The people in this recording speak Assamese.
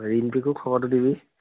ৰিম্পীকো খবৰটো দিবি